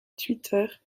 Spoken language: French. twitter